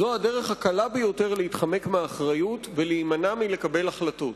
זו הדרך הקלה ביותר להתחמק מאחריות ולהימנע מלקבל החלטות.